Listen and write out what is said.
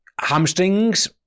hamstrings